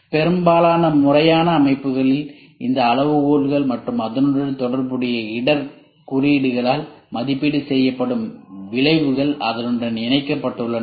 பெரும்பாலான முறையான அமைப்புகளில் இந்த அளவுகோல்கள் மற்றும் அதனுடன் தொடர்புடைய இடர் குறியீடுகளால் மதிப்பீடு செய்யப்படும் விளைவுகள் அதனுடன் இணைக்கப்பட்டுள்ளன